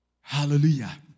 Hallelujah